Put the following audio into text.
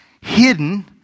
hidden